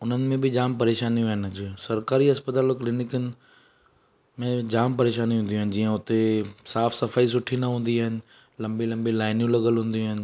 उन्हनि में बि जाम परेशानियूं आहिनि अॼु सरकारी अस्पतालियुनि ऐं क्लीनिक में जाम परेशानियूं ईंदियूं आहिनि जीअं हुते साफ़ सफ़ाई सुठी न हूंदी आहिनि लंबी लंबी लाइनियूं लॻियलु हूंदियूं आहिनि